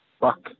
Buck